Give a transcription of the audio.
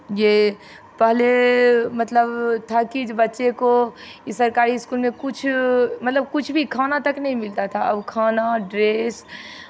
ये पहले मतलब था कि बच्चे को सरकारी स्कूल में कुछ मतलब कुछ भी खाना तक नहीं मिलता था अब खाना ड्रेस